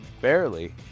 Barely